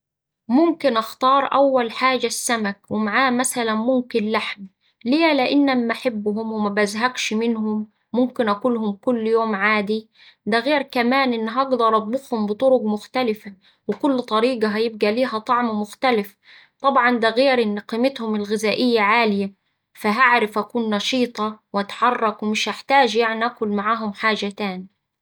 ممكن أختار أول حاجة السمك ومعاه مثلا ممكن لحم. ليه، لأني أما أحبهم ومبزهقش منهم، ممكن آكلهم كل يوم عادي، دا غير كمان إني هقدر أطبخهم بطرق مختلفة وكل طريقة هيبقا ليه طعم مختلف طبعا دا غير إن هما قيمتهم الغذائية عالية فهعرف أكون نشيطة وأتحرك ومش هحتاج يعني آكل معاهم حاجة تاني.